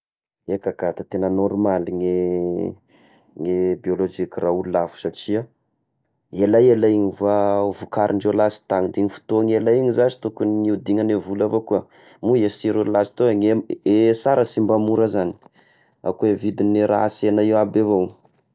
Eka ka tegna normaly ny ny biôlojiky raha ho lafo satria elaela io va vokarindreo lasy tagny, da io fotoagna io zashy tokony iodignany vola avao koa, mo izy sirony lasy teo ny e-ny sara sy mba mora zagny, ao koa i raha vidigny raha an-sena iaby avao.